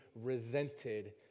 resented